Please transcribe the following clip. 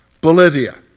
Bolivia